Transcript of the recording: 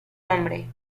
hombre